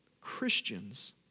Christians